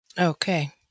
Okay